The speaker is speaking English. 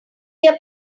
their